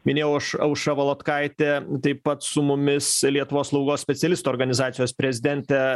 minėjau aš aušra volodkaitė taip pat su mumis lietuvos slaugos specialistų organizacijos prezidentė